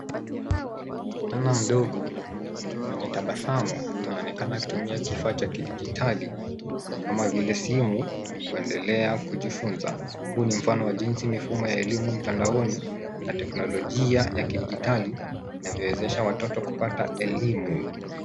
Mschana mdogo mwenye tabasamu anaonekana akitumia kifaa cha kidijitali, kama vile simu, kuendelea kujifunza. Huu ni mfano wa jinsi mfumo wa elimu mtandaoni na teknolojia ya kidijitali inavyowezesha watoto kupata elimu.